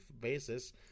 basis